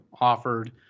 offered